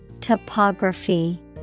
Topography